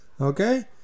Okay